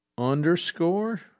Underscore